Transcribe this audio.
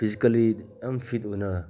physically ꯌꯥꯝ fit ꯑꯣꯏꯅ